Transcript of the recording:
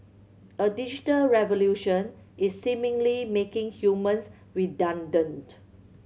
a digital revolution is seemingly making humans redundant